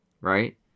right